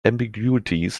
ambiguities